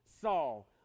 Saul